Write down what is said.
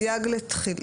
24. סייג לתחולה.